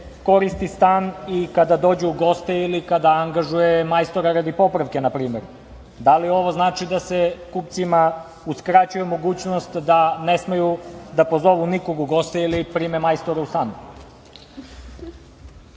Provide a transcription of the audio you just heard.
koristi stan i kada dođu u goste i kada angažuje majstora radi popravke na primer. Da li ovo znači da se kupcima uskraćuje mogućnost da ne smeju da pozovu nikog u goste ili prime majstora u stan?